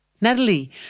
Natalie